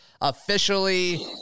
officially